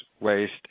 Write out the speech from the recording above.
waste